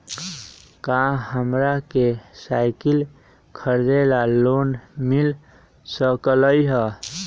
का हमरा के साईकिल खरीदे ला लोन मिल सकलई ह?